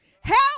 help